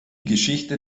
geschichte